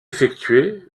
effectué